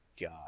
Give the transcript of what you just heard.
God